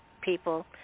people